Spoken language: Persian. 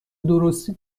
درستی